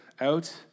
out